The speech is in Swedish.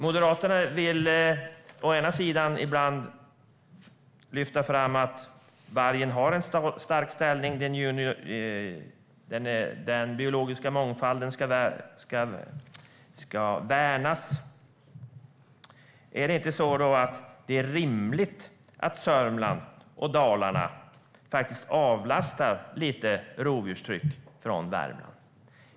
Moderaterna vill ibland lyfta fram att vargen har en stark ställning och att den biologiska mångfalden ska värnas. Är det inte så att det är rimligt att Sörmland och Dalarna faktiskt avlastar Värmland lite när det gäller rovdjurstrycket?